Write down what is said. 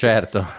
Certo